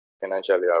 financially